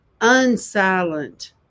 Unsilent